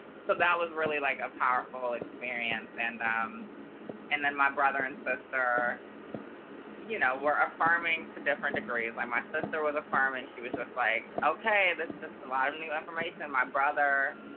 so that was really like a powerful experience. and um and then my brother and sister you know were affirming to different degrees. my my sister was affirming. she was just like, okay. this is just a lot of new information. my brother,